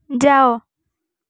ଯାଅ